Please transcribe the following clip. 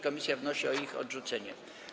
Komisja wnosi o ich odrzucenie.